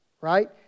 right